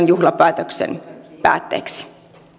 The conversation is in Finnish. juhlapäätöksen päätteeksi